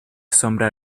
sombra